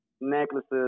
necklaces